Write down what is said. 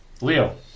Leo